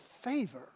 favor